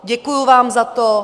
Děkuji vám za to.